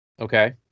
Okay